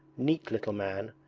neat little man,